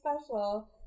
special